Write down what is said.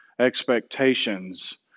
expectations